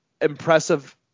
impressive